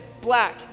black